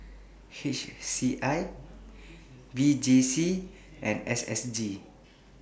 H C I V J C and S S G